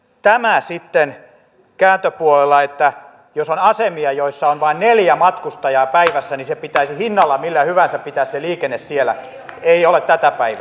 tämä sitten kääntöpuolella että jos on asemia joissa on vain neljä matkustajaa päivässä niin se että pitäisi hinnalla millä hyvänsä pitää se liikenne siellä ei ole tätä päivää